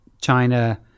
China